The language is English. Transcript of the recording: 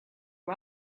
are